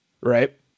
Right